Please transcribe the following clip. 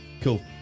Cool